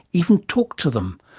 even talk to them.